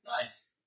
Nice